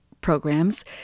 programs